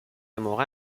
morin